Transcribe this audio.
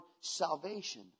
salvation